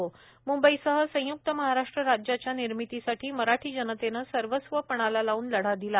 म्ंबईसह संय्क्त महाराष्ट्र राज्याच्या निर्मितीसाठी मराठी जनतेने सर्वस्व पणाला लावून लढा दिला